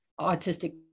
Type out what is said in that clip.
autistic